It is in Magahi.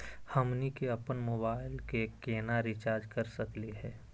हमनी के अपन मोबाइल के केना रिचार्ज कर सकली हे?